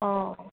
অঁ